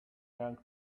young